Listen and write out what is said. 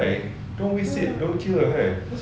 why don't waste it don't kill your hair